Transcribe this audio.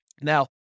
Now